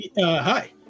hi